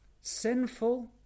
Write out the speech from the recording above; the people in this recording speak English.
sinful